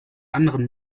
anderen